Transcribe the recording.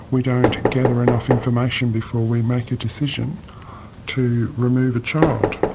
we don't gather enough information before we make a decision to remove a child.